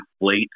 inflate